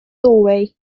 doorway